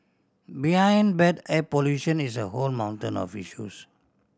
behind bad air pollution is a whole mountain of issues